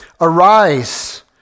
Arise